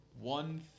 one